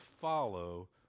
follow